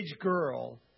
girl